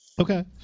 okay